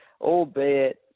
albeit